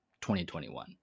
2021